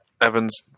Evans